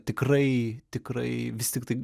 tikrai tikrai vis tiktai